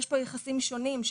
יש פה יחסים שונים,